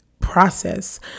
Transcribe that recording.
process